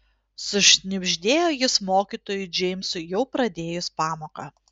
sušnibždėjo jis mokytojui džeimsui jau pradėjus pamoką